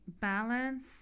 balance